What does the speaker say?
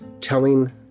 Telling